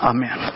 Amen